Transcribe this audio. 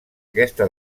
aquesta